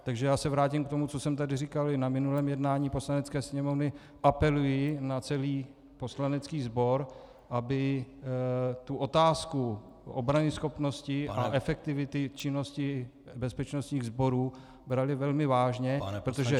Takže se vrátím k tomu, co jsem tady říkal i na minulém jednání Poslanecké sněmovny apeluji na celý poslanecký sbor, aby tu otázku obranyschopnosti a efektivity činnosti bezpečnostních sborů brali velmi vážně, protože